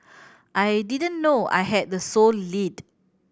I didn't know I had the sole lead